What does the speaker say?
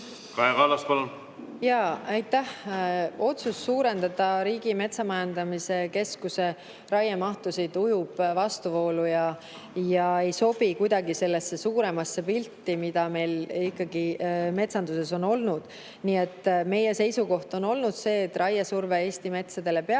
Kaja Kallas, palun! Aitäh! Otsus suurendada Riigimetsa Majandamise Keskuse raiemahtusid ujub vastuvoolu ja ei sobi kuidagi sellesse suuremasse pilti, mis meil metsanduses ikkagi on olnud. Meie seisukoht on olnud see, et raiesurve Eesti metsadele peab